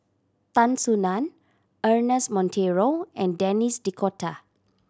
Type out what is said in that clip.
Tan Soo Nan Ernest Monteiro and Denis D'Cotta